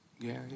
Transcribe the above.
Gary